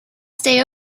stay